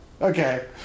Okay